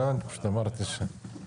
אנחנו